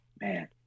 Man